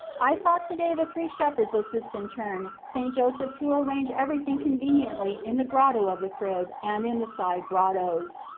i saw to-day the three shepherds assist in turn st. joseph to arrange everything con veniently in the grotto of the crib and in the side grottos.